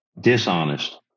dishonest